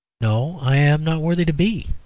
no i am not worthy to be.